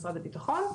משרד הבטחון,